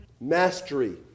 Mastery